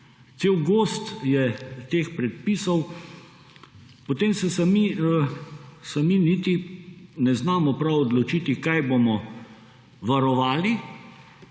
Celo gozd je teh predpisov. Potem se sami niti ne znamo prav odločiti, kaj bomo varovali